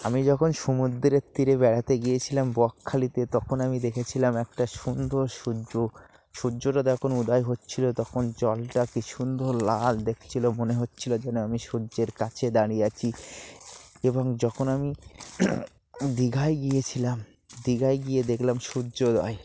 আমি যখন সমুদ্রের তীরে বেড়াতে গিয়েছিলাম বকখালিতে তখন আমি দেখেছিলাম একটা সুন্দর সূর্য সূর্যটা তখন উদয় হচ্ছিলো তখন জলটা কি সুন্দর লাল দেখছিলো মনে হচ্ছিলো যেন আমি সূর্যের কাছে দাঁড়িয়ে আছি এবং যখন আমি দীঘায় গিয়েছিলাম দীঘায় গিয়ে দেখলাম সূর্যোদয়